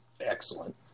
excellent